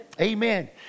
amen